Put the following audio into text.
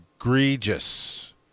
egregious